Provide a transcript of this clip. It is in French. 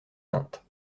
saintes